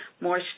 more